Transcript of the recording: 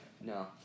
No